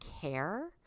care